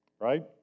right